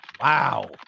Wow